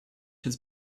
his